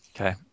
Okay